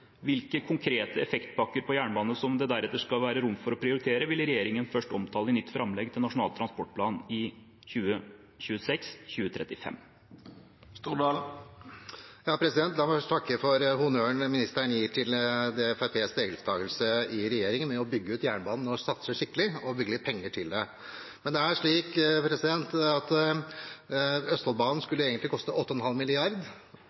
Hvilke konkrete effektpakker på jernbane det deretter skal være rom for å prioritere, vil regjeringen først omtale i nytt framlegg til Nasjonal transportplan 2026–2035. La meg først takke for honnøren ministeren gir til Fremskrittspartiets deltakelse i regjeringen med å bygge ut jernbanen, satse skikkelig og bevilge penger til det. Østfoldbanen skulle egentlig kostet 8,5 mrd. kr under de rød-grønne, så steg det